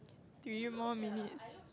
three more minutes